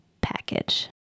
package